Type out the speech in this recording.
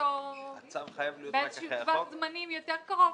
שתחילתו של החוק באיזשהו טווח זמנים יותר קרוב.